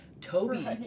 Toby